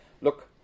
look